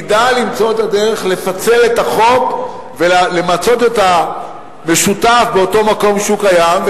תדע למצוא את הדרך לפצל את החוק ולמצות את המשותף באותו מקום שהוא קיים,